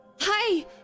Hi